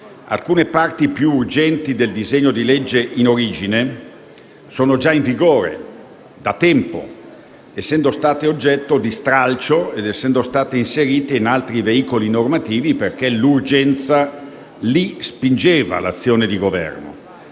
Alcune parti più urgenti del disegno di legge quale era in origine sono già in vigore, da tempo, essendo state oggetto di stralcio ed essendo state inserite in altri veicoli normativi, perché l’urgenza lì spingeva l’azione di Governo.